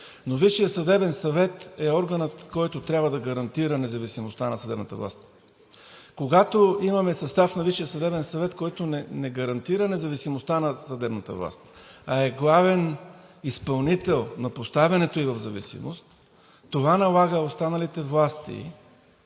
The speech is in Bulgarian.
Висшият съдебен съвет обаче е органът, който трябва да гарантира независимостта на съдебната власт. Когато имаме състав на Висшия съдебен съвет, който не гарантира независимостта на съдебната власт, а е главен изпълнител на поставянето ѝ в зависимост, това налага останалите власти